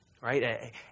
right